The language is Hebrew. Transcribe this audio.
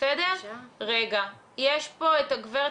יש פה את הגברת